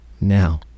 Now